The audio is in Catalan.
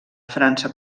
frança